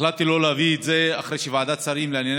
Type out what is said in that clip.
החלטתי לא להביא את זה אחרי שוועדת שרים לענייני